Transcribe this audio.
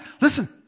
Listen